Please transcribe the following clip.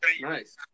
Nice